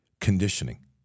conditioning